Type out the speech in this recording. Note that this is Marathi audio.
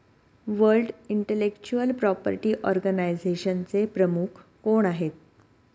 वर्ल्ड इंटेलेक्चुअल प्रॉपर्टी ऑर्गनायझेशनचे प्रमुख कोण आहेत?